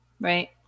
Right